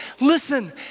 Listen